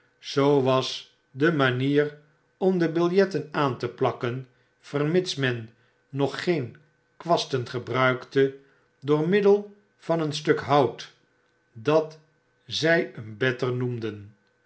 zoo was de manier om de biljetten aan te plakken vermits men nog geen kwasten gebruikte door middel van een stuk hout dat zij een better noemden